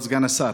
כבוד סגן השר,